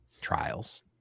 trials